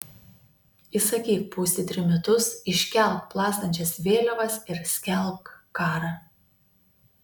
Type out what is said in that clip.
įsakyk pūsti trimitus iškelk plazdančias vėliavas ir skelbk karą